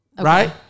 right